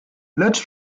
lecz